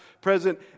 present